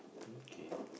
mm kay